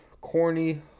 corny